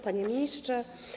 Panie Ministrze!